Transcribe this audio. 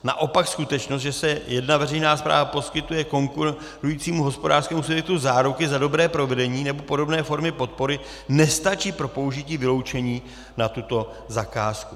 Naopak skutečnost, že jedna veřejná správa poskytuje konkurujícímu hospodářskému subjektu záruky za dobré provedení nebo podobné formy podpory, nestačí pro použití vyloučení na tuto zakázku.